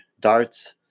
darts